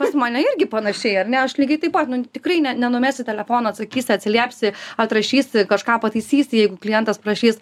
pas mane irgi panašiai ar ne aš lygiai taip pat nu tikrai ne nenumesi telefono atsakysi atsiliepsi atrašysi kažką pataisysi jeigu klientas prašys